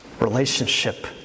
relationship